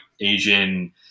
asian